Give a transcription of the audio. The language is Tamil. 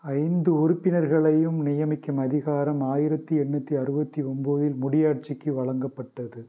ஐந்து உறுப்பினர்களையும் நியமிக்கும் அதிகாரம் ஆயிரத்தி எண்ணூற்றி அறுபத்தி ஒம்போதில் முடியாட்சிக்கு வழங்கப்பட்டது